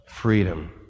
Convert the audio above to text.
freedom